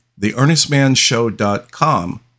theearnestmanshow.com